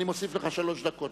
אני מוסיף לך שלוש דקות.